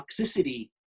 toxicity